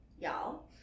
y'all